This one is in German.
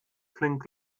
klingt